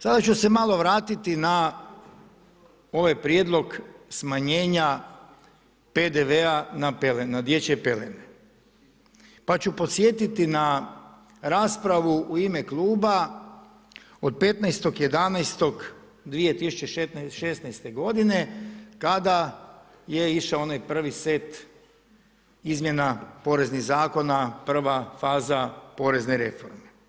Sada ću se malo vratiti na ovaj prijedlog smanjenja PDV-a na dječje pelene pa ću podsjetiti na raspravu u ime Kluba od 15.11.2016. godine kada je išao onaj prvi set izmjena poreznih zakona, prva faza porezne reforme.